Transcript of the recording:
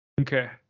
Okay